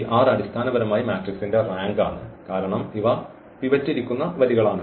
ഈ r അടിസ്ഥാനപരമായി മാട്രിക്സിന്റെ റാങ്കാണ് കാരണം ഇവ പിവറ്റ് ഇരിക്കുന്ന വരികളാണ്